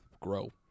grow